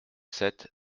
sept